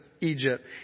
Egypt